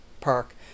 Park